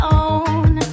own